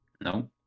No